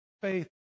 faith